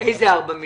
איזה 4 מיליון?